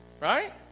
right